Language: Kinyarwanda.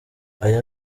aya